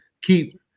keep